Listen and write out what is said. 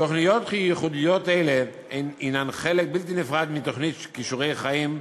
תוכניות ייחודיות אלה הן חלק בלתי נפרד מתוכנית "כישורי חיים",